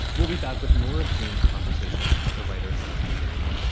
we'll be back with more of jeunes conversation with the writer jasmin guillory.